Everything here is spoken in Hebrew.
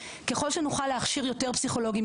וככל שנוכל להכשיר יותר פסיכולוגים,